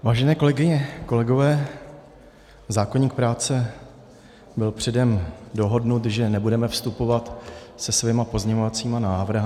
Vážené kolegyně, kolegové, zákoník práce byl předem dohodnut, že nebudeme vstupovat se svými pozměňovacími návrhy.